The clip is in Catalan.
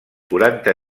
quaranta